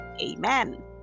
Amen